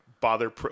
bother